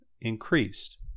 increased